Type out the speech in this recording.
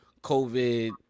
COVID